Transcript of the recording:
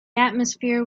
atmosphere